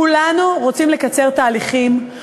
כולנו רוצים לקצר תהליכים,